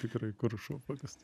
tikrai kur šuo pakast